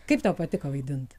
kaip tau patiko vaidint